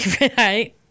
Right